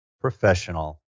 professional